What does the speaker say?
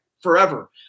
forever